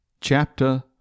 Chapter